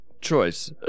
choice